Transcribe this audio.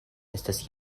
estas